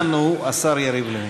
זה מעליב.